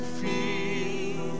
feel